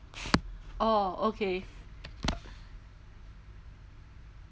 orh okay